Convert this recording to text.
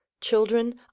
Children